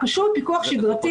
פשוט פיקוח שגרתי.